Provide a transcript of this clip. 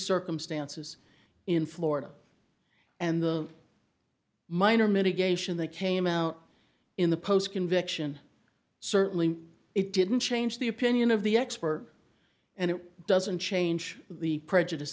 circumstances in florida and the minor mitigation they came out in the post conviction certainly it didn't change the opinion of the expert and it doesn't change the prejudice